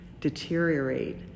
deteriorate